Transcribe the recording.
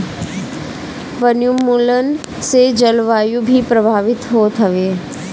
वनोंन्मुलन से जलवायु भी प्रभावित होत हवे